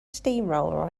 steamroller